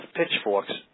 pitchforks